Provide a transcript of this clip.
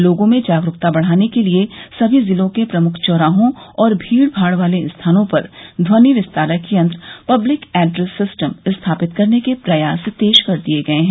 लोगों में जागरूकता बढ़ाने के लिये सभी जिलों के प्रमुख चौराहों और भीड़माड़ वाले स्थानों पर ध्वनि विस्तारक यंत्र पब्लिक एड्रेस सिस्टम स्थापित करने के प्रयास तेज कर दिये गये है